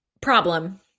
problem